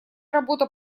работа